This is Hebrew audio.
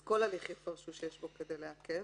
אז כל הליך יפרשו שיש בו כדי לעכב.